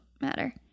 matter